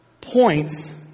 points